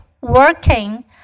working